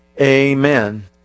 amen